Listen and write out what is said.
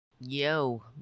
Yo